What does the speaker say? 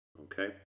Okay